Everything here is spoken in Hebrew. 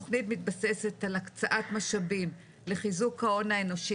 התכנית מתבססת על הקצאת משאבים לחיזוק ההון האנושי